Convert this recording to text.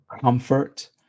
comfort